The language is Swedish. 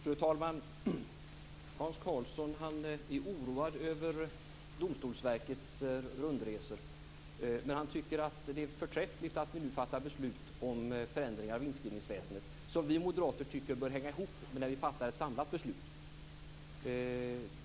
Fru talman! Hans Karlsson är oroad över Domstolsverkets rundresor. Men han tycker att det är förträffligt att vi nu fattar beslut om förändringar av inskrivningsväsendet, som vi moderater tycker bör hänga ihop med att vi fattar ett samlat beslut.